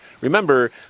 Remember